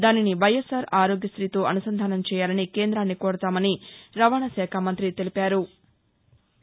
దానిని వైఎస్సార్ ఆరోగ్యశీతో అనుసంధానం చేయాలని కేంద్రాన్ని కోరతామని రవాణాశాఖ మం్తి తెలిపారు